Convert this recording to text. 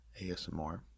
ASMR